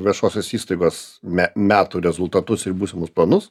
viešosios įstaigos me metų rezultatus ir būsimus planus